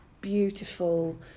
beautiful